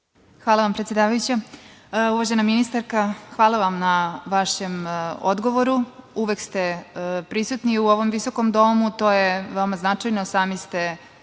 Hvala vam, predsedavajuća. Uvažena ministarka, hvala vam na vašem odgovoru. Uvek ste prisutni u ovom visokom domu, to je veoma značajno. Sami ste